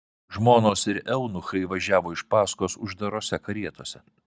žmonos ir eunuchai važiavo iš paskos uždarose karietose